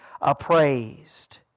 appraised